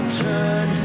turn